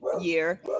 year